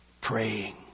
Praying